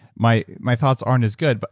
my my thoughts aren't as good. but